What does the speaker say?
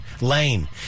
lane